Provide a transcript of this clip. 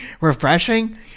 Refreshing